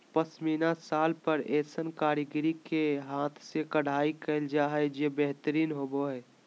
पश्मीना शाल पर ऐसन कारीगर के हाथ से कढ़ाई कयल जा हइ जे बेहतरीन होबा हइ